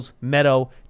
Meadow